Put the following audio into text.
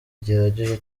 gihagije